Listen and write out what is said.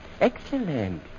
Excellent